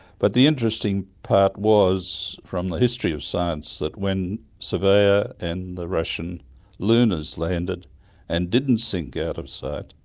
but the interesting part was, from the history of science, that when surveyor and the russian lunars landed and didn't sink out of sight,